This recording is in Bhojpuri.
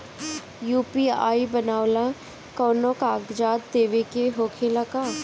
यू.पी.आई बनावेला कौनो कागजात देवे के होखेला का?